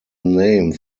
name